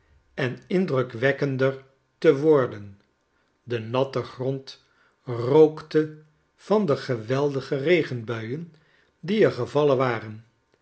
en mdrukwekkender te worden de natte grond rookte van de geweldige regenbuien die er gevallen waren